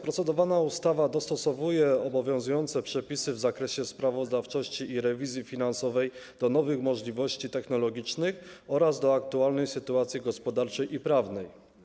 Procedowana ustawa dostosowuje obowiązujące przepisy w zakresie sprawozdawczości i rewizji finansowej do nowych możliwości technologicznych oraz do aktualnej sytuacji gospodarczej i prawnej.